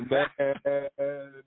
Man